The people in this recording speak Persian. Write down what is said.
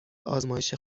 آزمایش